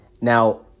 Now